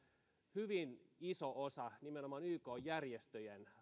hyvin iso osa nimenomaan ykn järjestöjen